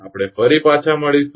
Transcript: આપણે ફરી પાછા મળીશું